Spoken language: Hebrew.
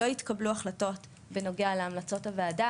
לא התקבלו החלטות בנוגע להמלצות הוועדה